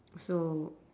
so